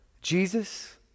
Jesus